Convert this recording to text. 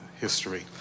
history